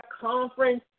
conference